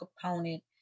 component